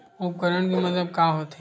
उपकरण के मतलब का होथे?